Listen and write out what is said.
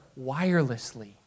wirelessly